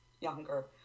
younger